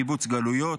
קיבוץ גלויות,